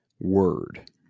word